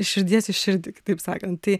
iš širdies į širdį kitaip sakant